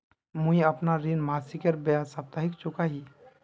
मुईअपना ऋण मासिकेर बजाय साप्ताहिक चुका ही